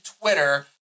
twitter